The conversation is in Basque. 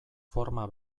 forma